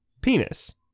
penis